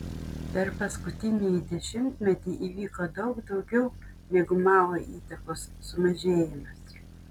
per paskutinįjį dešimtmetį įvyko daug daugiau negu mao įtakos sumažėjimas